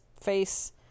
face